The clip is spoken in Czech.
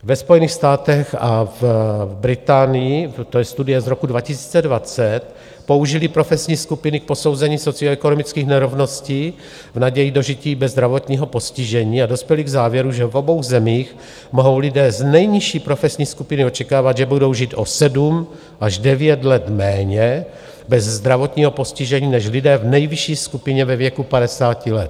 Ve Spojených státech a v Británii, to je studie z roku 2020, použili profesní skupiny k posouzení socioekonomických nerovností v naději dožití bez zdravotního postižení a dospěli k závěru, že v obou zemích mohou lidé z nejnižší profesní skupiny očekávat, že budou žít o 7 až 9 let méně bez zdravotního postižení než lidé v nejvyšší skupině ve věku 50 let.